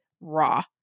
raw